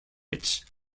which